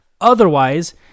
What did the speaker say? otherwise